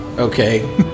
Okay